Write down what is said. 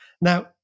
Now